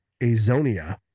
azonia